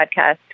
podcast